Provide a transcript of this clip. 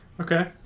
Okay